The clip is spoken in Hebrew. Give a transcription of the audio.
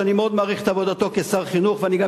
שאני מאוד מעריך את עבודתו כשר החינוך ואני גם